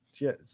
Yes